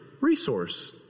resource